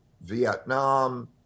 Vietnam